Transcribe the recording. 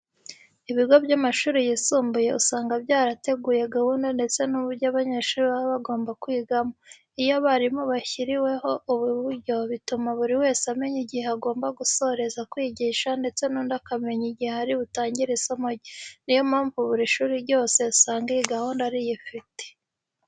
Ibigo by'amashuri yisumbuye usanga byarateguye gahunda ndetse n'uburyo abanyeshuri baba bagomba kwigamo. Iyo abarimu bashyiriweho ubu buryo, bituma buri wese amenya igihe agomba gusoreza kwigisha ndetse n'undi akamenya igihe ari butangire isomo rye. Ni yo mpamvu buri shuri ryose usanga iyi gahunda riyifite.